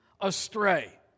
astray